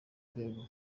rwego